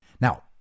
Now